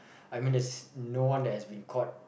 I mean there's no one that has been caught